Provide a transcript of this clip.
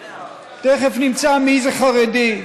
תכף נמצא מי זה חרדי.